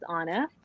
Anna